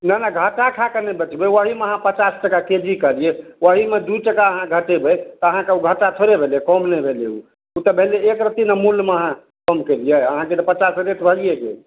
नहि नहि घटा खाके नहि बेचबय ओहीमे अहाँ पचास टाका के जी करियै वहीमे दू टाका अहाँ घटेबय तऽ अहाँके घाटा थोड़े भेलय कम नहि भेलय उ तऽ भेलय एक रति ने मूल्यमे अहाँ कम कयलियै अहाँके तऽ पचास रेट भइए गेल